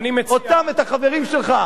אני מציע, אותם, את החברים שלך.